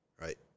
right